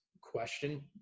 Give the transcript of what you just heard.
question